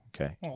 Okay